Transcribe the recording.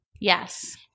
Yes